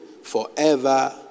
Forever